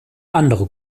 andere